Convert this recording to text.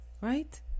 right